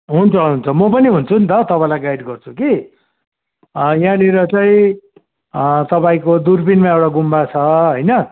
हुन्छ हुन्छ म पनि हुन्छु नि त तपाईँलाई गाइड गर्छु कि यहाँनिर चाहिँ तपाईँको दुर्बिनमा एउटा गुम्बा छ होइन